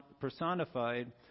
personified